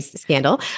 scandal